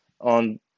on